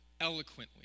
eloquently